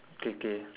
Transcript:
can can